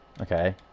Okay